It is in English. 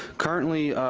currently,